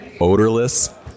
odorless